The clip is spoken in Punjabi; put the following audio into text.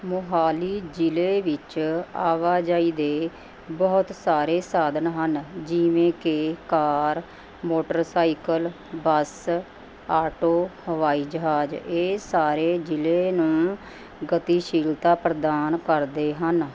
ਮੋਹਾਲੀ ਜ਼ਿਲ੍ਹੇ ਵਿੱਚ ਆਵਾਜਾਈ ਦੇ ਬਹੁਤ ਸਾਰੇ ਸਾਧਨ ਹਨ ਜਿਵੇਂ ਕਿ ਕਾਰ ਮੋਟਰਸਾਈਕਲ ਬੱਸ ਆਟੋ ਹਵਾਈ ਜਹਾਜ਼ ਇਹ ਸਾਰੇ ਜ਼ਿਲ੍ਹੇ ਨੂੰ ਗਤੀਸ਼ੀਲਤਾ ਪ੍ਰਦਾਨ ਕਰਦੇ ਹਨ